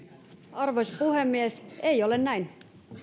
arvoisa puhemies ei ole näin